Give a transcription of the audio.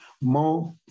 more